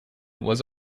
was